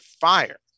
fire